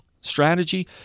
strategy